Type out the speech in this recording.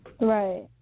Right